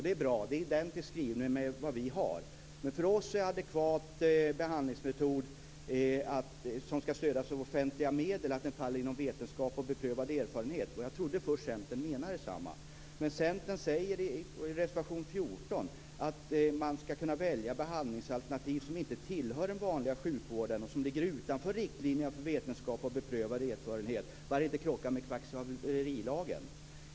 Det är bra. Den skrivningen är identisk med vår. Men för oss faller adekvat behandlingsmetod som skall stödjas av offentliga medel inom vetenskap och beprövad erfarenhet. Jag trodde först att Centern menade detsamma. Men Centern skriver i reservation 14 att man skall kunna välja behandlingsalternativ som inte tillhör den vanliga sjukvården och som ligger utanför riktlinjerna för vetenskap och beprövad erfarenhet, bara det inte krockar med kvacksalverilagen.